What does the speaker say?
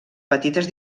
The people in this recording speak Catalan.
petites